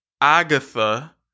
Agatha